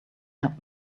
help